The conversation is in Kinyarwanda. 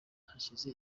hashize